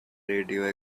radio